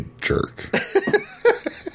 jerk